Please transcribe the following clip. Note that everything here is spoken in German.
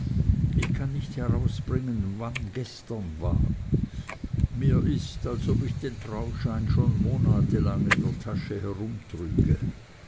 ich kann nicht herausbringen wann gestern war mir ist als ob ich den trauschein schon monatelang in der tasche